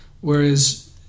whereas